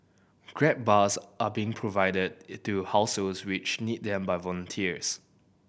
grab bars are being provided to households which need them by volunteers